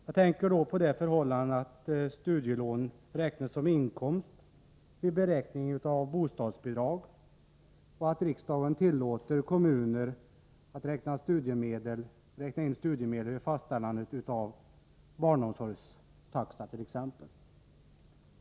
Jag tänker då på det förhållandet att studielån räknas som inkomst vid beräkning av bostadsbidrag, och att riksdagen tillåter kommuner att räkna in studiemedel vid fastställande av t.ex. barnomsorgstaxa.